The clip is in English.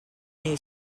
new